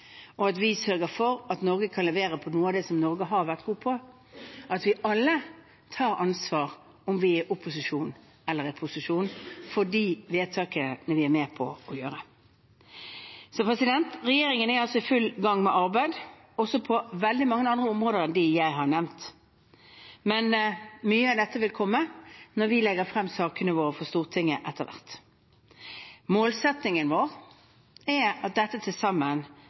at vi sørger for at Norge kan levere på noe av det som Norge har vært god på, og at vi alle tar ansvar – om vi er i opposisjon eller i posisjon – for de vedtakene vi er med på å gjøre. Regjeringen er altså i full gang med et arbeid – også på veldig mange andre områder enn dem jeg har nevnt. Mye av dette vil komme når vi legger frem sakene våre for Stortinget etter hvert. Målsettingen vår er at dette til sammen